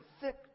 thick